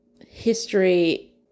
history